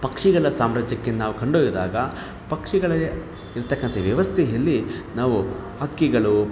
ಪಕ್ಷಿಗಳ ಸಾಮ್ರಾಜ್ಯಕ್ಕೆ ನಾವು ಕೊಂಡೊಯ್ದಾಗ ಪಕ್ಷಿಗಳಿಗೆ ಇರ್ತಕ್ಕಂಥ ವ್ಯವಸ್ಥೆಯಲ್ಲಿ ನಾವು ಹಕ್ಕಿಗಳು